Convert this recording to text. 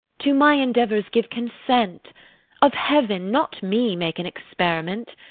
to my endeavours give consent of heaven, not me, make an experiment.